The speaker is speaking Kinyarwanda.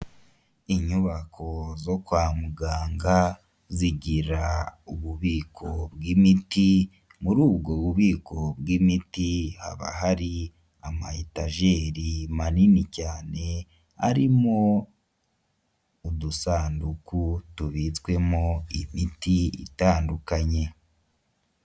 Inyubako zo kwa muganga zigira ububiko bw' imiti muri ubwo bubiko bw'imiti haba hari amatajeri manini cyane arimo udusanduku tubitswemo imiti itandukanye.